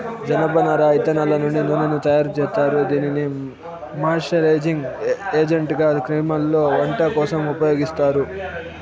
జనపనార ఇత్తనాల నుండి నూనెను తయారు జేత్తారు, దీనిని మాయిశ్చరైజింగ్ ఏజెంట్గా క్రీమ్లలో, వంట కోసం ఉపయోగిత్తారు